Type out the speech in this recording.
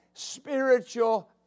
spiritual